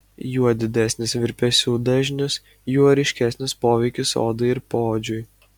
juo didesnis virpesių dažnis juo ryškesnis poveikis odai ir poodžiui